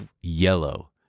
yellow